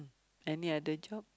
any other job